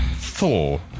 Thor